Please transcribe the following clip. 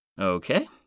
Okay